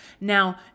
Now